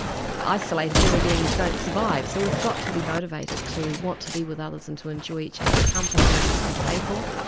you know isolated human beings don't survive. so we've got to be motivated motivated to want to be with others and to enjoy each other's company and to be playful.